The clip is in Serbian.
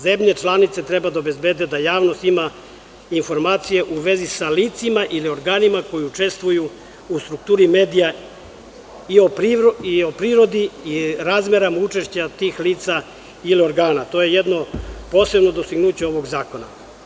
Zemlje članice treba da obezbede da javnost ima informacije u vezi sa licima ili organima koji učestvuju u strukturi medija i o prirodi i razmerama učešća tih lica i organa, to je jedno posebno dostignuće ovog zakona.